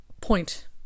point